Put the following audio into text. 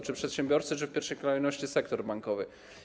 Czy przedsiębiorcy, czy w pierwszej kolejności sektor bankowy?